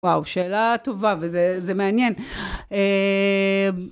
וואו שאלה טובה וזה מעניין.